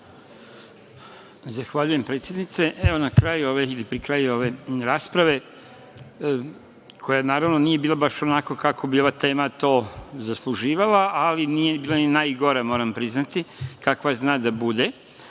Zahvaljujem predsednice. Evo na kraju ove ili pri kraju ove rasprave koja naravno nije bila baš onako kako bi ova tema to zasluživala, ali nije bila ni najgora, moram priznati, kakva zna da bude,